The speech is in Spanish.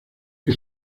que